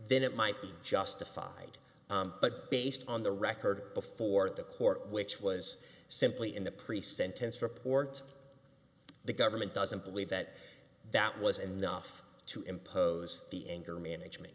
then it might be justified but based on the record before the court which was simply in the pre sentence report the government doesn't believe that that was enough to impose the anger management